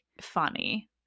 funny